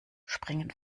springen